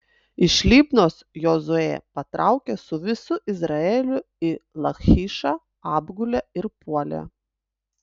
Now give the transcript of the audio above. iš libnos jozuė patraukė su visu izraeliu į lachišą apgulė ir puolė